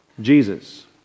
Jesus